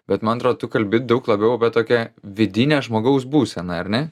bet man atrodo tu kalbi daug labiau apie tokią vidinę žmogaus būseną ar ne